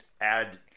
add